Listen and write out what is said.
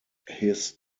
his